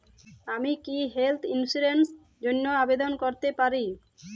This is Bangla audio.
আমি কি হেল্থ ইন্সুরেন্স র জন্য আবেদন করতে পারি?